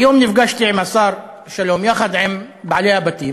היום נפגשתי עם השר שלום יחד עם נציגות